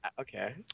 okay